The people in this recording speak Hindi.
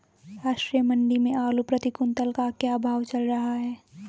राष्ट्रीय मंडी में आलू प्रति कुन्तल का क्या भाव चल रहा है?